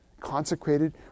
consecrated